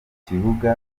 kibuga